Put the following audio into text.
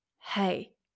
hey